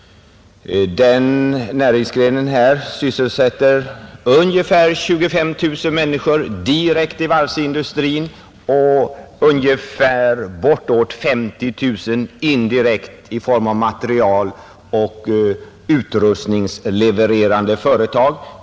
Varvsindustrin sysselsätter ungefär 25000 människor direkt och bortåt 50 000 indirekt i materialoch utrustningslevererande företag.